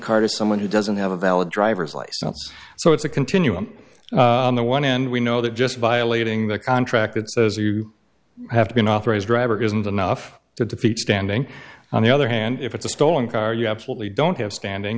car to someone who doesn't have a valid driver's license so it's a continuum on the one end we know that just violating the contract that says you have to be an authorized driver isn't enough to defeat standing on the other hand if it's a stolen car you absolutely don't have standing